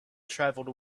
travelled